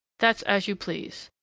that's as you please.